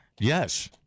Yes